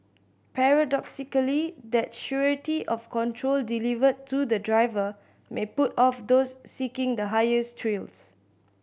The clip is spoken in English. paradoxically that surety of control delivered to the driver may put off those seeking the highest thrills